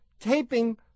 taping